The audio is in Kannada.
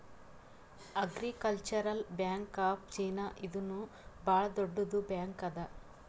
ಅಗ್ರಿಕಲ್ಚರಲ್ ಬ್ಯಾಂಕ್ ಆಫ್ ಚೀನಾ ಇದೂನು ಭಾಳ್ ದೊಡ್ಡುದ್ ಬ್ಯಾಂಕ್ ಅದಾ